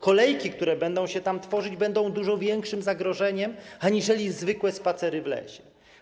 Kolejki, które będą się tam tworzyć, będą dużo większym zagrożeniem aniżeli zwykłe spacery w lesie.